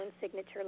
signature